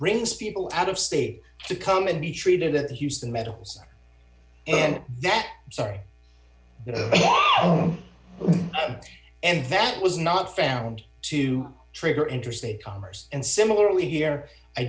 brings people out of state to come and be treated at houston metals and that sorry and that was not found to trigger interstate commerce and similarly here i